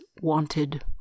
wanted